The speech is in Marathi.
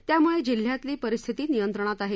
त्यामुळे जिल्ह्यातली परिस्थिती नियंत्रणात आहे